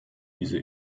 diese